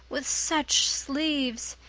with such sleeves.